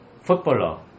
footballer